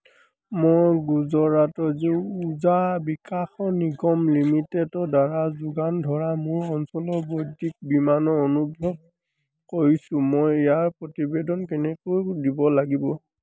মই গুজৰাট উৰ্জা বিকাশ নিগম লিমিটেডৰদ্বাৰা যোগান ধৰা মোৰ অঞ্চলত বিদ্যুৎ বিমানৰ অনুভৱ কৰিছোঁ মই ইয়াৰ প্ৰতিবেদন কেনেকৈ দিব লাগিব